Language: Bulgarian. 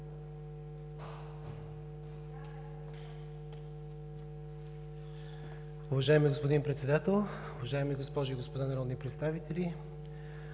Уважаеми господин Председател, уважаеми госпожи и господа народни представители!